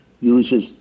uses